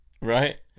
right